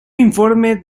informe